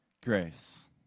grace